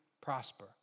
prosper